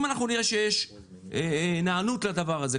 אם אנחנו נראה שיש היענות לדבר הזה,